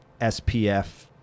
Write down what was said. SPF